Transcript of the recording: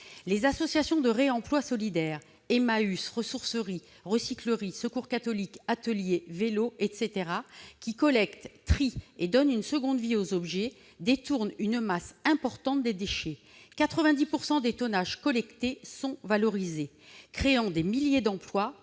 Les associations de réemploi solidaire- Emmaüs, ressourceries, recycleries, Secours catholique, ateliers vélos, etc. -qui collectent, trient et donnent une seconde vie aux objets détournent une masse importante de déchets- 90 % des tonnages collectés sont valorisés -et créent des milliers d'emplois